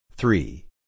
Three